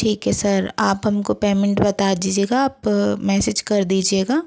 ठीक है सर आप हमको पेमेंट बता दीजिएगा आप मैसेज कर दीजिएगा